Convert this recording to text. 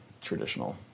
traditional